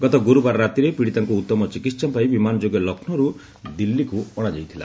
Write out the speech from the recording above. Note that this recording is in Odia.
ଗତ ଗୁରୁବାର ରାତିରେ ପୀଡ଼ିତାଙ୍କୁ ଉତ୍ତମ ଚିକିହାପାଇଁ ବିମାନ ଯୋଗେ ଲକ୍ଷ୍ନୌରୁ ଦିଲ୍ଲୀକୁ ଅଣାଯାଇଥିଲା